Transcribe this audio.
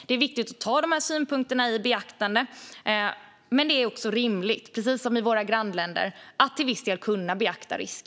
Det är viktigt att ta dessa synpunkter i beaktande, men det är också rimligt att, precis som i våra grannländer, till viss del kunna beakta risk.